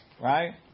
right